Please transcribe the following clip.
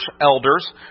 elders